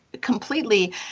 completely